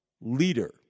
leader